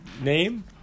name